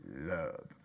love